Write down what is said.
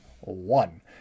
one